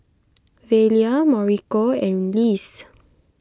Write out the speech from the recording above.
Velia Mauricio and Lise